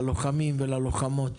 ללוחמים וללוחמות,